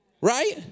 right